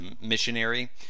missionary